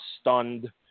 stunned